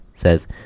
says